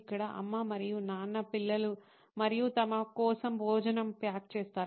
ఇక్కడ అమ్మ మరియు నాన్న పిల్లలు మరియు తమ కోసం భోజనం ప్యాక్ చేస్తారు